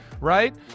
right